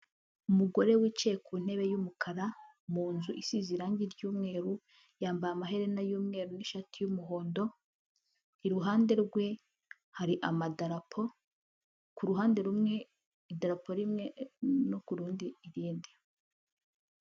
Umugore wicaye ku ntebe y'umukara, mu nzu isize irangi ry'umweru, yambaye amaherena y'umweru nishati y'umuhondo, iruhande rwe hari amadarapo, ku ruhande rumwe iderapo rimwe, no kuru rundi, iride.